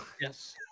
yes